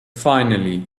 finally